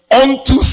unto